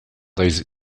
those